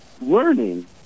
learning